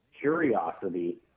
curiosity